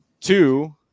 Two